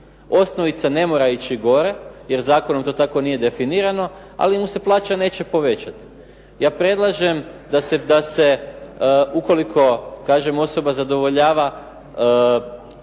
Osnovica ne mora ići gore jer zakonom to tako nije definirano ali mu se plaća neće povećati. Ja predlažem da se ukoliko osoba zadovoljava na